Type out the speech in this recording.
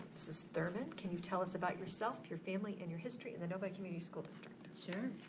mrs. thurman, can you tell us about yourself, your family and your history in the novi community school district. sure.